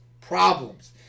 problems